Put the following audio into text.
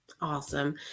Awesome